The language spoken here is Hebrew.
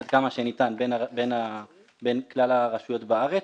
עד כמה שניתן, בין כלל הרשויות בארץ.